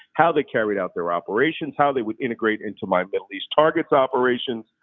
how they carried out their operations, how they would integrate into my middle east targets operations,